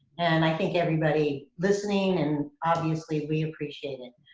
and i think everybody listening and obviously we appreciate it.